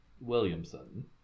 Williamson